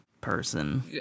person